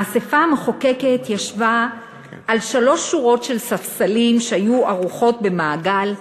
האספה המחוקקת ישבה על שלוש שורות של ספסלים שהיו ערוכות במעגל,